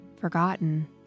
forgotten